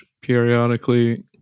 periodically